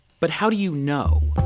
but how do you know?